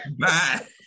Bye